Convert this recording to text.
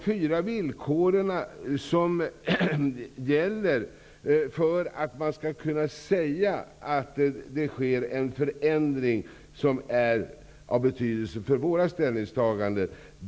Fyra villkor skall vara uppfyllda för att man skall kunna säga att det sker en förändring som är av betydelse för våra ställningstaganden.